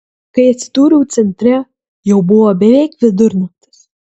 kai atsidūriau centre jau buvo beveik vidurnaktis